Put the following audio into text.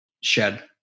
shed